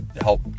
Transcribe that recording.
help